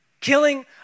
killing